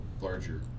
larger